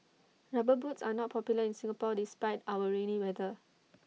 rubber boots are not popular in Singapore despite our rainy weather